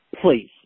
Please